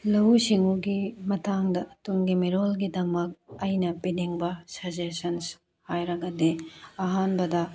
ꯂꯧꯎ ꯁꯤꯡꯎꯒꯤ ꯃꯇꯥꯡꯗ ꯇꯨꯡꯒꯤ ꯃꯤꯔꯣꯜꯒꯤꯗꯃꯛ ꯑꯩꯅ ꯄꯤꯅꯤꯡꯕ ꯁꯖꯦꯁꯁꯟꯁ ꯍꯥꯏꯔꯒꯗꯤ ꯑꯍꯥꯟꯕꯗ